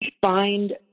find